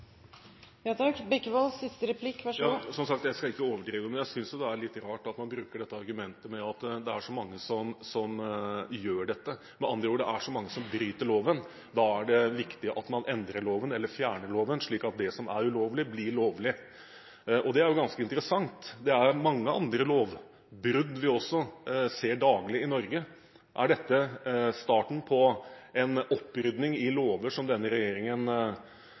er så mange som gjør dette. Med andre ord, det er så mange som bryter loven, og da er det viktig at man endrer loven, eller fjerner loven, slik at det som er ulovlig, blir lovlig. Det er ganske interessant. Det er mange andre lovbrudd vi også ser daglig i Norge. Er dette starten på en opprydding i lover som går på at denne regjeringen